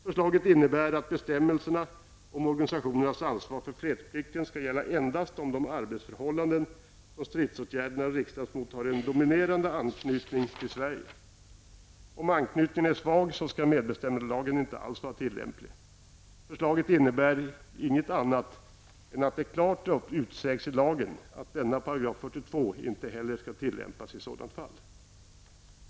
Förslaget innebär att bestämmelserna om organisationernas ansvar för fredsplikten skall gälla endast om de arbetsförhållanden som stridsåtgärderna riktas mot har en dominerande anknytning till Sverige. Om anknytningen är svag så skall medbestämmandelagen inte alls vara tillämplig. Förslaget innebär inget annat än att det klart utsägs i lagen att denna 42 § inte heller skall tillämpas i sådant fall.